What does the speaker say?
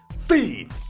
Feed